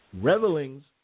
revelings